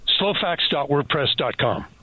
Slowfacts.wordpress.com